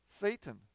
Satan